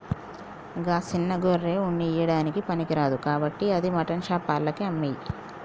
గా సిన్న గొర్రె ఉన్ని ఇయ్యడానికి పనికిరాదు కాబట్టి అది మాటన్ షాప్ ఆళ్లకి అమ్మేయి